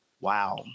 wow